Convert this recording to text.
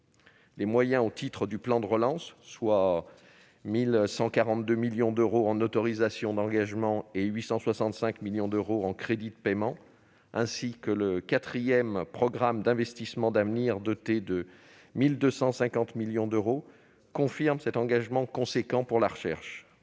mobilisés au titre du plan de relance, soit 1 142 millions d'euros en autorisations d'engagement et 865 millions d'euros en crédits de paiement, ainsi que le quatrième programme d'investissements d'avenir, doté de 1 250 millions d'euros, confirment cet engagement considérable pour la recherche.